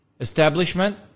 establishment